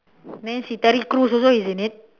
there see terry crews is also is in it